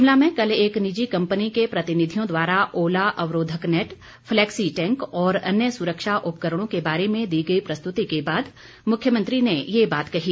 शिमला में कल एक निजी कंपनी के प्रतिनिधियों द्वारा ओला अवरोधक नेट फ्लेक्सी टैंक और अन्य सुरक्षा उपकरणों के बारे में दी गई प्रस्तृति के बाद मुख्यमंत्री ने ये बात कही